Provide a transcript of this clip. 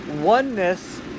oneness